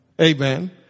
amen